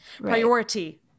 Priority